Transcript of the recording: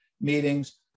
meetings